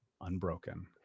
unbroken